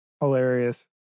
Hilarious